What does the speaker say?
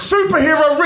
Superhero